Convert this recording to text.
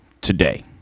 today